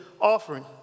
offering